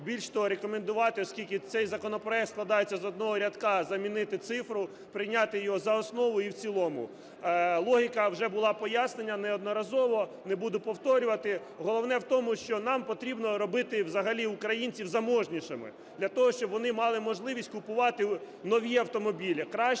Більш того, рекомендувати, оскільки цей законопроект складається з одного рядка, замінити цифру, прийняти його за основу і в цілому. Логіка вже була пояснена неодноразово, не буду повторювати. Головне в тому, що нам потрібно робити взагалі українців заможнішими для того, щоб вони мали можливість купувати нові автомобілі.